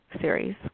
series